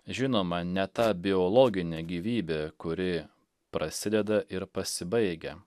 žinoma ne ta biologinė gyvybė kuri prasideda ir pasibaigia